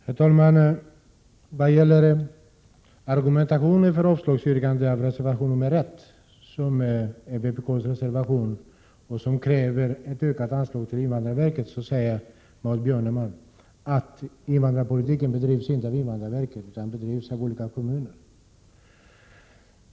Herr talman! Som argument för yrkandet om avslag på vpk-reservation nr 1 om ökat anslag till invandrarverket anför Maud Björnemalm att invandrarpolitiken inte bedrivs av invandrarverket utan av de olika kommunerna.